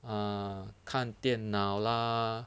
uh 看电脑 lah